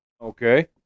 Okay